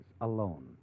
alone